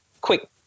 quick